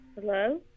Hello